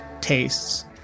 tastes